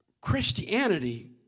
Christianity